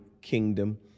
kingdom